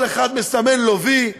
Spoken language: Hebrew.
כל אחד מסמן לו וי,